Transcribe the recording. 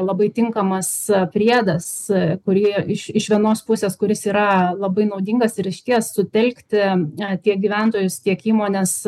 labai tinkamas priedas e kurie iš iš vienos pusės kuris yra labai naudingas ir išties sutelkti na tiek gyventojus tiek įmones